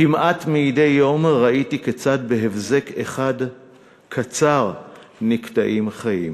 כמעט מדי יום ראיתי כיצד בהבזק אחד קצר נקטעים חיים.